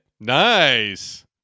nice